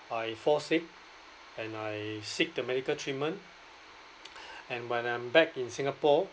I fall sick and I seek the medical treatment and when I'm back in singapore